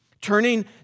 Turning